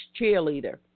cheerleader